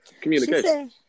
communication